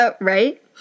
Right